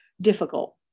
difficult